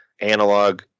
analog